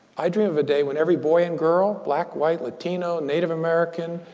i dream of a day when every boy and girl, black, white, latino, native american,